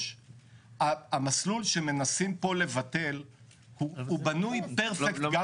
המסלול שמנסים פה לבטל בנוי פרפקט גם